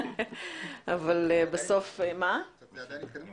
אבל זאת עדיין התקדמות.